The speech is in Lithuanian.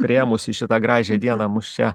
priėmusi šitą gražią dieną mus čia